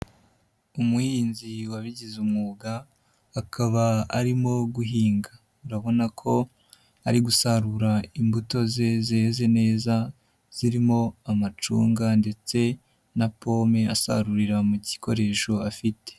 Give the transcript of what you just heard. Umuhinzi wabigize umwuga akaba arimo guhinga, urabona ko ari gusarura imbuto ze zeze neza zirimo amacunga ndetse na pome, asarurira mu gikoresho afite.